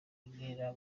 bintera